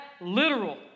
literal